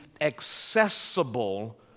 accessible